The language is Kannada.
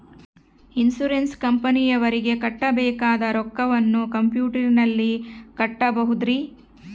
ಇನ್ಸೂರೆನ್ಸ್ ಕಂಪನಿಯವರಿಗೆ ಕಟ್ಟಬೇಕಾದ ರೊಕ್ಕವನ್ನು ಕಂಪ್ಯೂಟರನಲ್ಲಿ ಕಟ್ಟಬಹುದ್ರಿ?